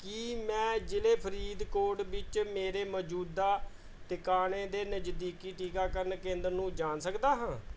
ਕੀ ਮੈਂ ਜ਼ਿਲ੍ਹੇ ਫਰੀਦਕੋਟ ਵਿੱਚ ਮੇਰੇ ਮੌਜੂਦਾ ਟਿਕਾਣੇ ਦੇ ਨਜ਼ਦੀਕੀ ਟੀਕਾਕਰਨ ਕੇਂਦਰ ਨੂੰ ਜਾਣ ਸਕਦਾ ਹਾਂ